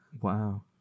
Wow